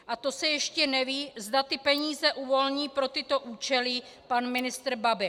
A to se ještě neví, zda ty peníze uvolní pro tyto účely pan ministr Babiš.